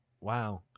Wow